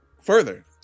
further